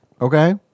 Okay